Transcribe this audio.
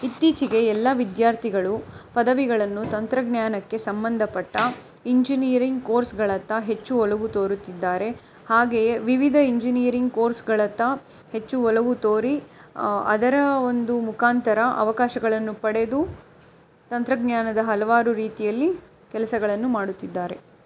ಇತ್ತೀಚೆಗೆ ಎಲ್ಲ ವಿದ್ಯಾರ್ಥಿಗಳು ಪದವಿಗಳನ್ನು ತಂತ್ರಜ್ಞಾನಕ್ಕೆ ಸಂಬಂಧಪಟ್ಟ ಇಂಜಿನಿಯರಿಂಗ್ ಕೋರ್ಸ್ಗಳತ್ತ ಹೆಚ್ಚು ಒಲವು ತೋರುತ್ತಿದ್ದಾರೆ ಹಾಗೆಯೇ ವಿವಿಧ ಇಂಜಿನಿಯರಿಂಗ್ ಕೋರ್ಸ್ಗಳತ್ತ ಹೆಚ್ಚು ಒಲವು ತೋರಿ ಅದರ ಒಂದು ಮುಖಾಂತರ ಅವಕಾಶಗಳನ್ನು ಪಡೆದು ತಂತ್ರಜ್ಞಾನದ ಹಲವಾರು ರೀತಿಯಲ್ಲಿ ಕೆಲಸಗಳನ್ನು ಮಾಡುತ್ತಿದ್ದಾರೆ